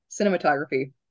cinematography